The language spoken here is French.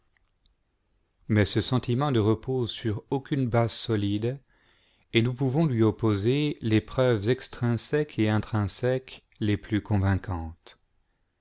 mais ce sentiment ne repose sur aucune base solide et nous pouvons lui oppo er les preuves extrinsèques et intrinsèques les plus convaincantes